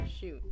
Shoot